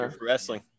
Wrestling